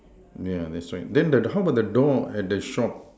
yeah that's right then how about the door and the shop